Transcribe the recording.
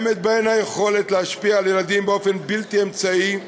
יש להן היכולת להשפיע על ילדים באופן בלתי אמצעי,